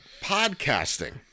podcasting